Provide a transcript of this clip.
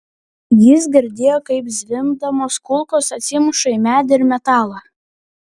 jis girdėjo kaip zvimbdamos kulkos atsimuša į medį ir metalą